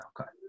Okay